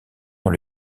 dans